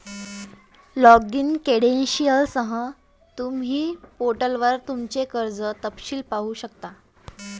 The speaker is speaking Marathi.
लॉगिन क्रेडेंशियलसह, तुम्ही पोर्टलवर तुमचे कर्ज तपशील पाहू शकता